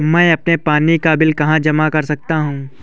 मैं अपने पानी का बिल कहाँ जमा कर सकता हूँ?